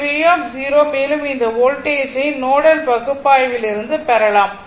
எனவே V மேலும் இந்த வோல்டேஜ் ஐ நோடல் பகுப்பாய்விலிருந்து பெறலாம்